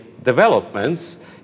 developments